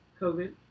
COVID